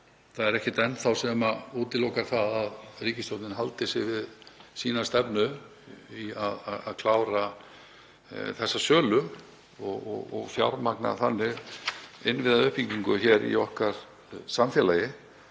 Það er ekkert enn þá sem útilokar það að ríkisstjórnin haldi sig við sína stefnu í að klára þessa sölu og fjármagna þannig innviðauppbyggingu í samfélagi